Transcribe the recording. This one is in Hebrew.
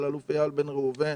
של אלוף איל בן ראובן,